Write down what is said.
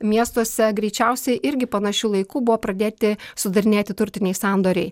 miestuose greičiausiai irgi panašiu laiku buvo pradėti sudarinėti turtiniai sandoriai